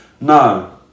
No